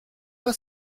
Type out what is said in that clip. pas